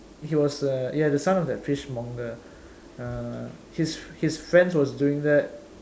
he was err ya the son of that fishmonger uh his his friends was doing that